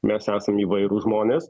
mes esam įvairūs žmonės